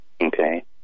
okay